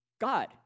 God